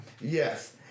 Yes